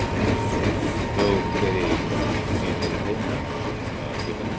अच्छा अच्छा त्यो के रे यो छ कि छैन के भन्छ